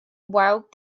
wild